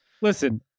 Listen